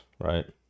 Right